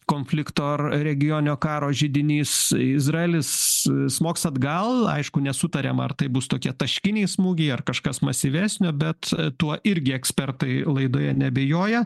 konflikto ar regioninio karo židinys izraelis smogs atgal aišku nesutariam ar tai bus tokie taškiniai smūgiai ar kažkas masyvesnio bet tuo irgi ekspertai laidoje neabejoja